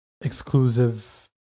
exclusive